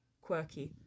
quirky